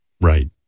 Right